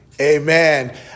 Amen